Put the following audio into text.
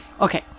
Okay